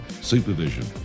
supervision